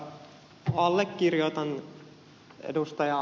allekirjoitan ed